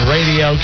Radio